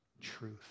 truth